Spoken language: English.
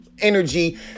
energy